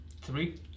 three